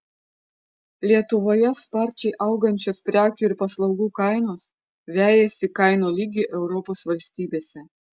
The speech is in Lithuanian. lietuvoje sparčiai augančios prekių ir paslaugų kainos vejasi kainų lygį europos valstybėse